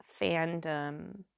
fandom